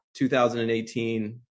2018